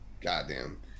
Goddamn